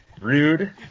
Rude